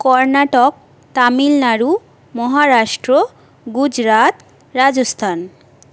Karnataka Tamil Nadu Maharashtra Gujarat Rajasthan